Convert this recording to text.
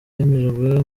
yemejwe